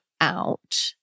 out